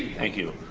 thank you,